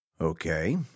Okay